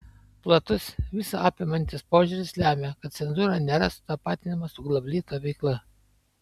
platus visa apimantis požiūris lemia kad cenzūra nėra sutapatinama su glavlito veikla